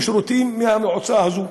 מקבלים שירותים מהמועצה הזאת,